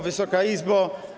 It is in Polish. Wysoka Izbo!